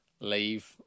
leave